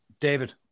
David